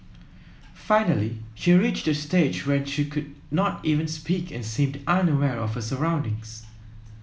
finally she reached a stage when she could not even speak and seemed unaware of her surroundings